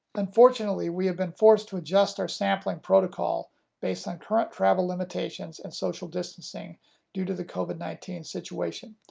unfortunately, we have been forced to adjust our sampling protocol based on current travel limitations and social distancing due to the covid nineteen situation.